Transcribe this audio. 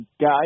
guy